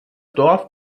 dorf